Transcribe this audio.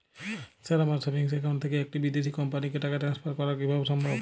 Sir আমার savings account থেকে একটি বিদেশি কোম্পানিকে টাকা ট্রান্সফার করা কীভাবে সম্ভব?